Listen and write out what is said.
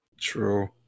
True